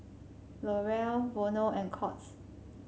L'Oreal Vono and Courts